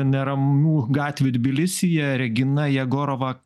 neramų gatvių tbilisyje regina jegorova